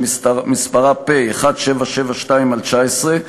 שמספרה פ/1772/19,